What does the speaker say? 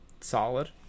solid